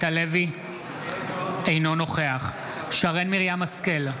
אינו נוכח שרן מרים השכל,